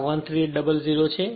આ 13800 છે